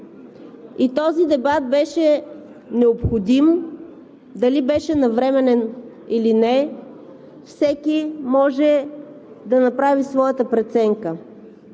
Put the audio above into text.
Този дебат беше необходим. Дали беше навременен или не, всеки може да направи своята преценка,